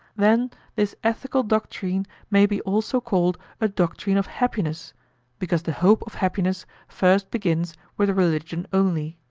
then this ethical doctrine may be also called a doctrine of happiness because the hope of happiness first begins with religion only.